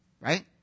right